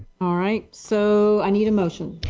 all right. so, i need a motion?